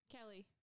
Kelly